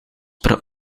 per